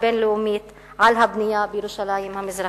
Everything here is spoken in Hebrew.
הבין-לאומית על הבנייה בירושלים המזרחית.